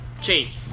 change